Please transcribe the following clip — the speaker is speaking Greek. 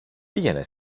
πήγαινε